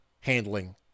handling